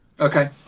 Okay